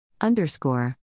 Underscore